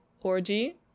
orgy